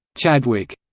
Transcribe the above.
chadwick,